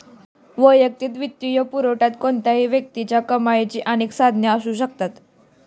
वैयक्तिक वित्तपुरवठ्यात कोणत्याही व्यक्तीच्या कमाईची अनेक साधने असू शकतात